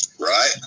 Right